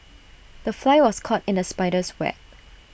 the fly was caught in the spider's web